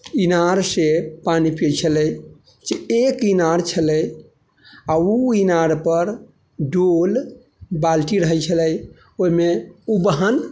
इनार से पानि पियै छलै जे एक इनार छलै आ ओ इनार पर डोल बाल्टी रहै छलै ओहिमे उबहन